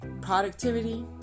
productivity